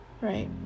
right